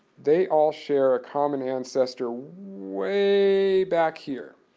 they all share a common ancestor way back here,